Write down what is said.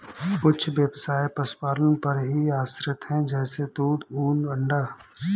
कुछ ब्यवसाय पशुपालन पर ही आश्रित है जैसे दूध, ऊन, अंडा